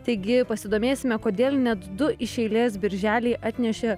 taigi pasidomėsime kodėl net du iš eilės birželiai atnešė